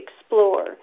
explore